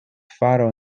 faro